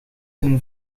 een